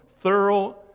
thorough